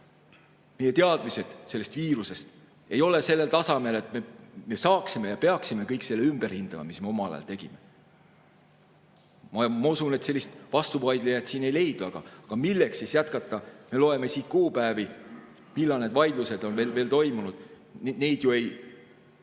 meie teadmised sellest viirusest ei ole enam sellel tasemel. Me peaksime kõik selle ümber hindama, mis me omal ajal tegime. Ja ma usun, et sellele vastuvaidlejaid siin ei leidu. Aga milleks siis jätkata? Me loeme siit kuupäevi, millal need vaidlused on veel toimunud. Neid ju ei